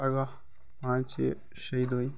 پگاہ پانٛژِ شیٚیہِ دُہٕۍ